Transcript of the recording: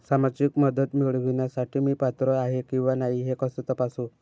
सामाजिक मदत मिळविण्यासाठी मी पात्र आहे किंवा नाही हे कसे तपासू?